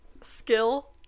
Skill